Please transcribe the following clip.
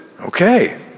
okay